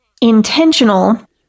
intentional